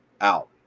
out